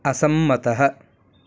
असम्मतः